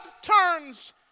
turns